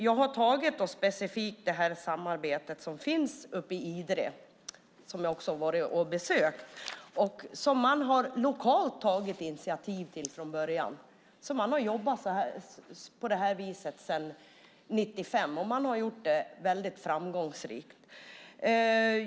Jag har specifikt tagit upp samarbetet uppe i Idre, som jag också har besökt. Det är ett samarbete som man lokalt har tagit initiativ till från början. Man har jobbat på det här viset sedan 1995, och man har gjort det väldigt framgångsrikt.